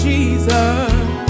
Jesus